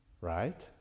Right